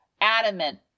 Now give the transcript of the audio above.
adamant